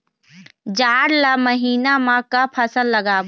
जाड़ ला महीना म का फसल लगाबो?